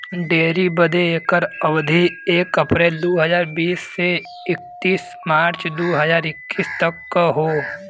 dairy बदे एकर अवधी एक अप्रैल दू हज़ार बीस से इकतीस मार्च दू हज़ार इक्कीस तक क हौ